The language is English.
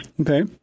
Okay